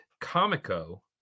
comico